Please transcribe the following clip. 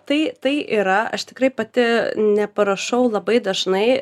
tai tai yra aš tikrai pati neparašau labai dažnai